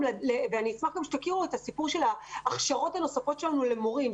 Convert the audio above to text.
אני אשמח שתכירו גם את הסיפור של ההכשרות הנוספות שלנו למורים.